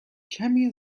کمی